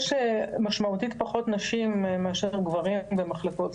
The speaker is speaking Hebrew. יש משמעותית פחות נשים מאשר גברים במחלקות,